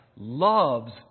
loves